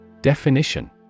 Definition